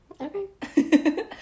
Okay